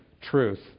truth